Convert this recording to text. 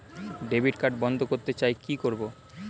Debit card বন্ধ করতে চাই কি করব?